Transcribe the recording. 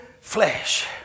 flesh